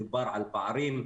דובר על פערים,